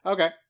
Okay